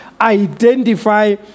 identify